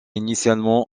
initialement